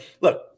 look